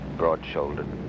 broad-shouldered